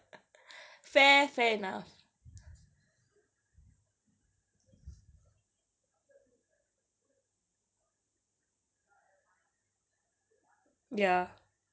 fair fair enough ya